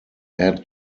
add